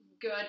good